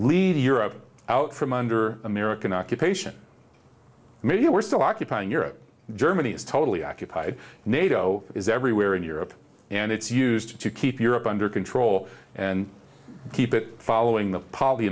leave europe out from under american occupation maybe we're still occupying europe germany is totally occupied nato is everywhere in europe and it's used to keep europe under control and keep it following the p